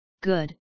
good